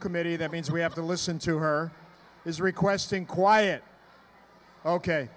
committee that means we have to listen to her is requesting quiet ok